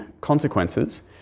consequences